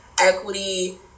equity